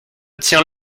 tiens